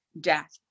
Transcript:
death